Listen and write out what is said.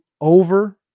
over